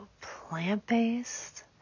plant-based